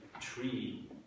tree